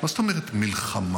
מה זאת אומרת מלחמה?